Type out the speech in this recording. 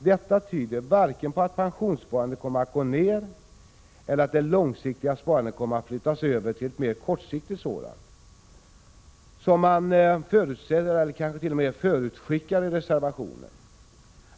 Detta tyder varken på att pensionssparandet kommer att gå ned eller på att det långsiktiga sparandet kommer att flyttas över till ett mer kortsiktigt sådant, som man förutskickar i reservationen.